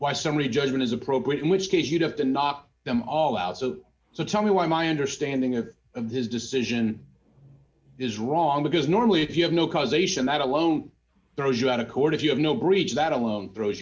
summary judgment is appropriate in which case you'd have to knock them all out so so tell me why my understanding of this decision is wrong because normally if you have no causation that alone throws you out of court if you have no breach that alone throws